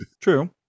True